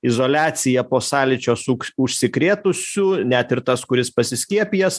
izoliacija po sąlyčio su užsikrėtusiu net ir tas kuris pasiskiepijęs